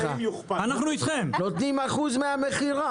נותנים אחוז מהמכירה,